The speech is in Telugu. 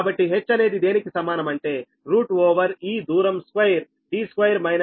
కాబట్టి h అనేది దేనికి సమానం అంటే రూట్ ఓవర్ ఈ దూరం స్క్వేర్ d2 మైనస్ d22